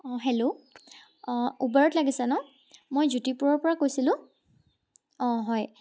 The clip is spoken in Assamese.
অঁ হেল্লো উবেৰত লাগিছে ন মই জ্যোতিপুৰৰ পৰা কৈছিলোঁ অঁ হয়